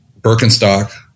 Birkenstock